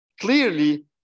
clearly